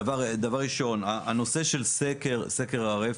דבר ראשון, הנושא של סקר הרפת,